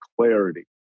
clarity